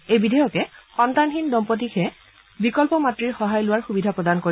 এই বিধয়কে সন্তানহীন দম্পত্তীকহে বিকল্প মাত়ৰ সহায় লোৱাৰ সুবিধা প্ৰদান কৰিব